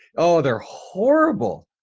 oh they're horrible.